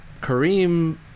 Kareem